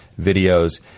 videos